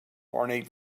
ornate